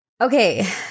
Okay